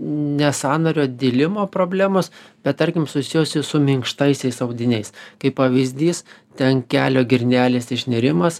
ne sąnario dilimo problemos bet tarkim susijusios su minkštaisiais audiniais kaip pavyzdys ten kelio girnelės išnirimas